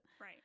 right